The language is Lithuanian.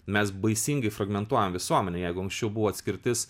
mes baisingai fragmentuojam visuomenę jeigu anksčiau buvo atskirtis